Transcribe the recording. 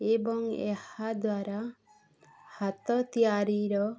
ଏବଂ ଏହା ଦ୍ୱାରା ହାତ ତିଆରିର